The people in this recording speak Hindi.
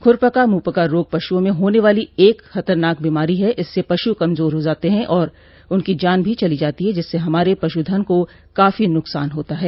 खुरपका मुंहपका रोग पशुओं में होने वाली एक खतरनाक बीमारी है इससे पशु कमजोर हो जाते हैं और उनकी जान भी चली जाती है जिससे हमारे पशुधन को काफी नुकसान होता है